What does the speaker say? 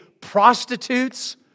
prostitutes